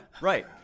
right